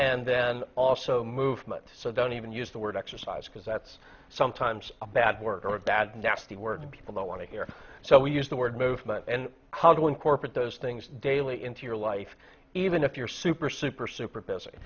and then also movement so don't even use the word exercise because that's sometimes a bad word or a bad nasty word people don't want to hear so we use the word movement and how to incorporate those things daily into your life even if you're super super super busy